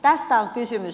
tästä on kysymys